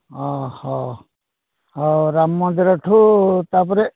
ହଁ ହଉ ରାମ ମନ୍ଦିରଠୁ ତା'ପରେ